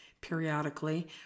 periodically